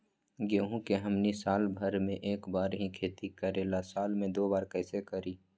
गेंहू के हमनी साल भर मे एक बार ही खेती करीला साल में दो बार कैसे करी?